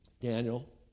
Daniel